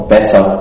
better